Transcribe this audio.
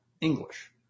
English